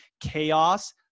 chaos